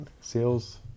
sales